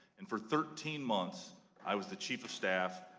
and for thirteen months, i was the chief of staff,